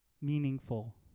meaningful